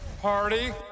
Party